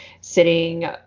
sitting